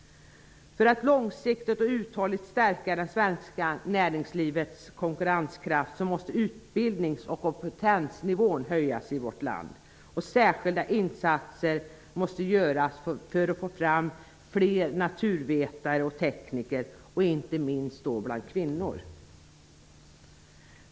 För att långsiktigt och uthålligt stärka det svenska näringslivets konkurrenskraft måste utbildnings och kompetensnivån höjas i vårt land. Särskilda insatser måste göras för att få fram fler naturvetare och tekniker, inte minst kvinnor.